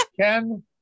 Ken